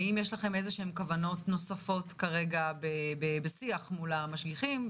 האם יש לכם איזשהן כוונות נוספות כרגע בשיח מול המשגיחים,